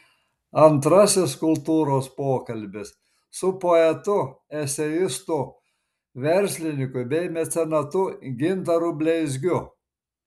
antrasis kultūros pokalbis su poetu eseistu verslininku bei mecenatu gintaru bleizgiu